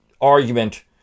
argument